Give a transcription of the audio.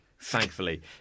thankfully